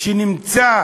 שנמצא